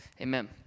amen